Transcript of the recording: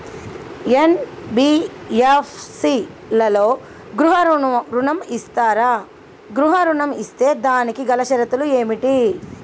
NBFC లలో గృహ ఋణం ఇస్తరా? గృహ ఋణం ఇస్తే దానికి గల షరతులు ఏమిటి?